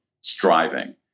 striving